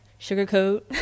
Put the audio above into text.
Sugarcoat